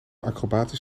acrobatisch